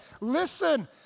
Listen